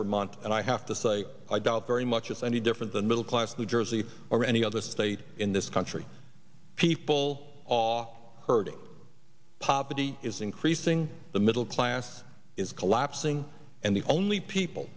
per month and i have to say i doubt very much it's any different than middle class new jersey or any other state in this country people off hurting poppy is increasing the middle class is collapsing and the only people